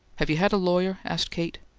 have you had a lawyer? asked kate.